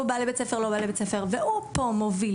או כן בא לבית הספר או לא בא לבית הספר והוא זה שפה הוביל